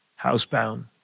housebound